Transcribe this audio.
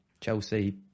Chelsea